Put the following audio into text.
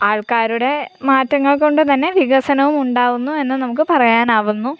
ആൾക്കാരുടെ മാറ്റങ്ങൾ കൊണ്ട് തന്നെ വികസനവും ഉണ്ടാവുന്നു എന്ന് നമുക്ക് പറയാനാകുന്നു